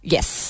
Yes